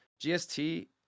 GST